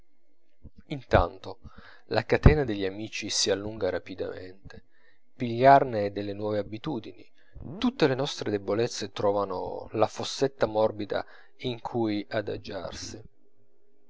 intanto la catena degli amici si allunga rapidamente pigliarne delle nuove abitudini tutte le nostre debolezze trovano la fossetta morbida in cui adagiarsi